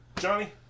Johnny